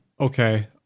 Okay